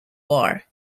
are